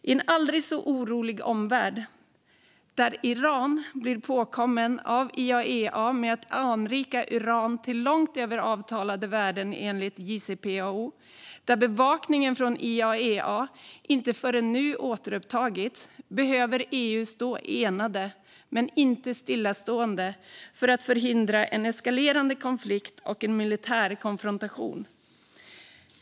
I en aldrig så orolig omvärld, där Iran blir påkommet av IAEA med att anrika uran till långt över avtalade värden enligt JCPOA och där bevakningen från IAEA inte återupptagits förrän nu, behöver EU stå enat - men inte stillastående - för att förhindra en eskalerande konflikt och en militär konfrontation.